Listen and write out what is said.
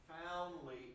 profoundly